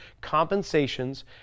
compensations